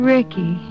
Ricky